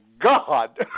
God